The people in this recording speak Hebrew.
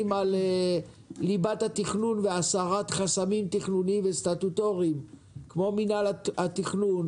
על ליבת התכנון והסרת חסמים תכנוניים וסטטוטוריים כמו מנהל התכנון,